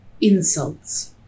insults